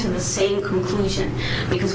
to the same conclusion because